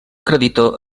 creditor